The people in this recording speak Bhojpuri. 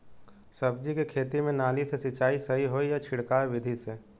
सब्जी के खेती में नाली से सिचाई सही होई या छिड़काव बिधि से?